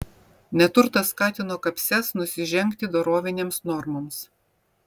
neturtas skatino kapses nusižengti dorovinėms normoms